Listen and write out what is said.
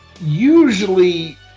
Usually